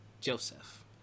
Joseph